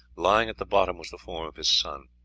lying at the bottom, was the form of his son.